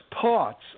parts